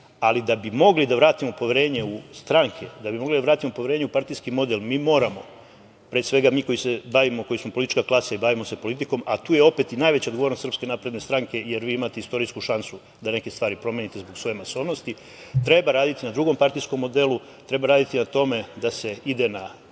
ali da bi mogli da vratimo poverenje u stranke, da bi mogli da vratimo poverenje u partijski model mi moramo, pre svega mi koji se bavimo, koji smo politička klasa i bavimo se politikom, a tu je opet i najveća odgovornost SNS jer vi imate istorijsku šansu da neke stvari promenite zbog svoje masovnosti, treba raditi na drugom partijskom modelu, treba raditi na tome da se ide na